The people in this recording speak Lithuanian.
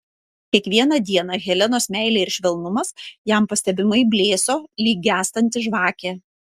kiekvieną dieną helenos meilė ir švelnumas jam pastebimai blėso lyg gęstanti žvakė